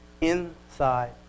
inside